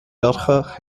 d’autres